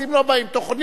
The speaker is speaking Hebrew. תוכנית כבקשתך.